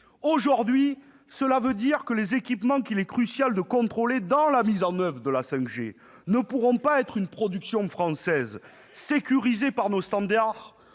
Aujourd'hui, cela veut dire que les équipements qu'il est crucial de contrôler dans la mise en oeuvre de la 5G ne pourront pas être issus d'une production française, sécurisée par nos standards